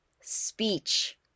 Speech